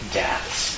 deaths